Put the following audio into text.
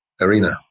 arena